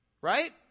Right